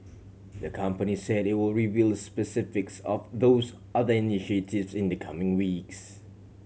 the company said they were reveal specifics of those other initiatives in the coming weeks